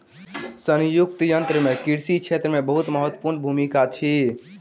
संयुक्तक यन्त्र के कृषि क्षेत्र मे बहुत महत्वपूर्ण भूमिका अछि